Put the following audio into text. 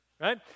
right